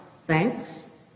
thanks